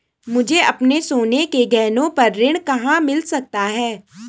मुझे अपने सोने के गहनों पर ऋण कहाँ मिल सकता है?